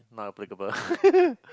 not applicable